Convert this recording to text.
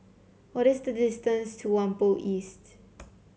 what is the distance to Whampoa East